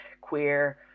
queer